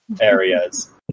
areas